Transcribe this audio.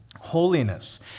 Holiness